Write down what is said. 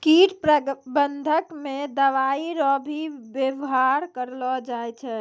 कीट प्रबंधक मे दवाइ रो भी वेवहार करलो जाय छै